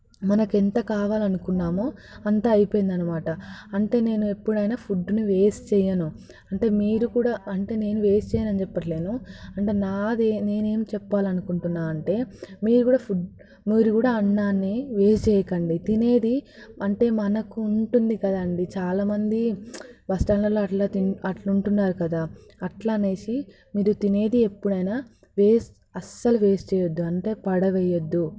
మనకు ఎంత కావాలనుకున్నామో అంతా అయిందన్నమాట అంటే నేను ఎప్పుడైనా ఫుడ్ని వేస్ట్ చేయను అంటే మీరు కూడా అంటే నేను వేస్ట్ చేయను అని చెప్పలేను అంటే నాదే నేను ఏమి చెప్పాలని అనుకుంటున్నాను అంటే మీరు కూడా ఫుడ్ మీరు కూడా అన్నాన్ని వేస్ట్ చేయకండి తినేది అంటే మనకు ఉంటుంది కదండీ చాలా మంది బస్టాండ్లలో అట్లా తిని అట్లా ఉంటున్నారు కదా అట్లా అనేసి మీరు తినేది ఎప్పుడైనా వేస్ట్ అసలు వేస్ట్ చేయవద్దు అంటే పడవేయవద్దు